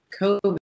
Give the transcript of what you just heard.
COVID